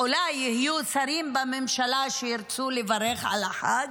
אולי יהיו שרים בממשלה שירצו לברך על החג,